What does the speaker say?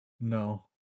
No